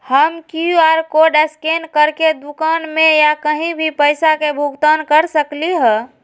हम QR code scan करके दुकान में या कहीं भी पैसा के भुगतान कर सकली ह?